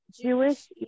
Jewish